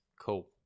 cool